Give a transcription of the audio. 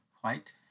white